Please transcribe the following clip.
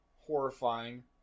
Horrifying